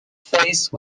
phase